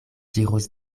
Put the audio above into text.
diros